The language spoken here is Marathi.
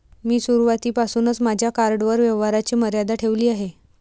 मी सुरुवातीपासूनच माझ्या कार्डवर व्यवहाराची मर्यादा ठेवली आहे